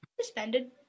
Suspended